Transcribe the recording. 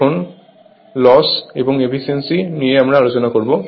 এখন ক্ষয় এবং এফিসিয়েন্সি নিয়ে আমরা আলোচনা করব